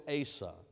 Asa